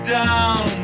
down